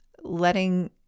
Letting